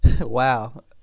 Wow